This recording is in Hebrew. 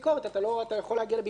אתה יכול להגיע לביקורת פתע,